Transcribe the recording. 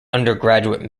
undergraduate